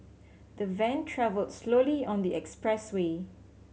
the van travelled slowly on the expressway